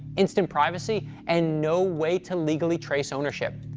instant privacy, and no way to legally trace ownership.